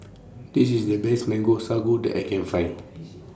This IS The Best Mango Sago that I Can Find